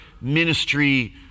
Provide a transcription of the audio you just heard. ministry